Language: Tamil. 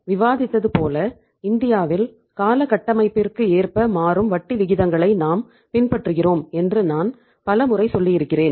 நாம் விவாதித்தது போல இந்தியாவில் கால கட்டமைப்பிர்க்கு ஏர்ப்ப மாறும் வட்டி விகிதங்களை நாம் பின்பற்றுகிறோம் என்று நான் பல முறை சொல்லியிருக்கிறேன்